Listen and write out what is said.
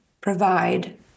provide